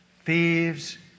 thieves